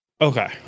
Okay